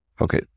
Okay